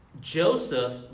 Joseph